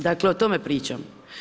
Dakle, o tome pričam.